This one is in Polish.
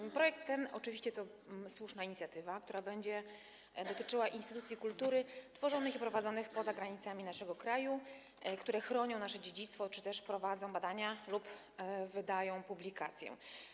Ten projekt to oczywiście słuszna inicjatywa, która będzie dotyczyła instytucji kultury tworzonych i prowadzonych poza granicami naszego kraju, które chronią nasze dziedzictwo czy też prowadzą badania lub wydają publikacje.